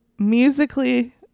Musically